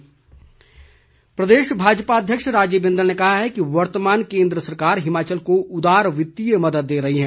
बिंदल प्रदेश भाजपा अध्यक्ष राजीव बिंदल ने कहा है कि वर्तमान केंद्र सरकार हिमाचल को उदार वित्तीय मदद दे रही है